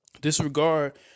disregard